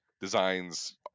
designs